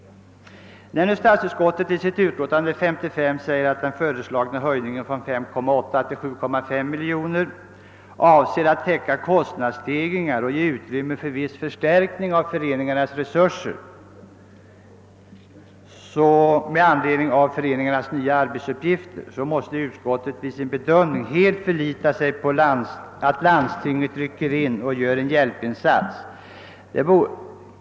När nu statsutskottet i sitt utlåtande nr 55 säger att den föreslagna anslagshöjningen från 5,8 till 7,5 miljoner kronor avser att täcka kostnadsstegringar och ge utrymme för viss förstärkning av föreningarnas resurser med anledning av deras nya arbetsuppgifter, måste utskottet vid sin bedömning helt förlita sig på att landstinget rycker in och gör en hjälpinsats.